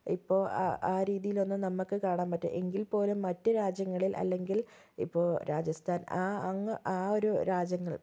ഇപ്പോൾ ആ ആ രീതിയിലൊന്നും നമുക്ക് കാണാൻ പറ്റില്ല എങ്കിൽ പോലും മറ്റു രാജ്യങ്ങളിൽ അല്ലെങ്കിൽ ഇപ്പോൾ രാജസ്ഥാൻ ആ അങ്ങ് ആ ഒരു രാജ്യങ്ങൾ